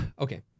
Okay